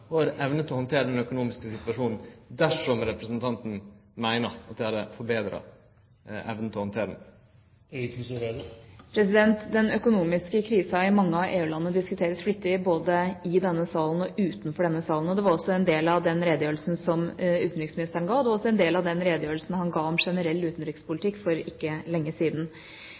vår evne til å handtere den økonomiske situasjonen dersom representanten meiner at det hadde betra evna til å handtere han? Den økonomiske krisa i mange av EU-landene diskuteres flittig, både i denne salen og utenfor denne salen. Det var også en del av den redegjørelsen som utenriksministeren ga, og det var også en del av den redegjørelsen han ga om generell utenrikspolitikk for ikke lenge siden.